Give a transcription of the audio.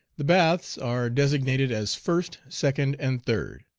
the baths are designated as first, second, and third.